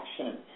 action